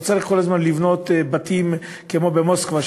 לא צריך כל הזמן לבנות בתים כמו במוסקבה,